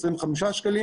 25 שקלים,